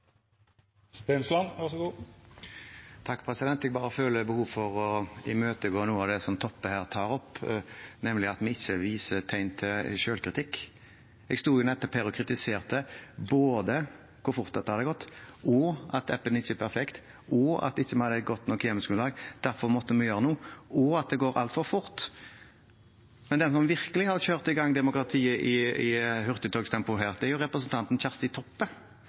Toppe her tar opp, nemlig at vi ikke viser tegn til selvkritikk. Jeg sto nettopp her og kritiserte både hvor fort dette hadde gått, at appen ikke er perfekt, at vi ikke hadde et godt nok hjemmelsgrunnlag, derfor måtte vi gjøre noe, og at det går altfor fort. Men den som virkelig har kjørt i gang demokratiet i hurtigtogtempo her, er jo representanten Kjersti Toppe,